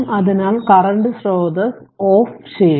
അതിനാൽ കറന്റ് സ്രോതസ്സ് ഓഫ് ചെയ്യണം